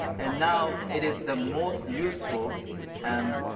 and now it is the most useful and